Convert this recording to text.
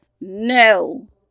no